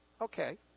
Okay